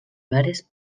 bares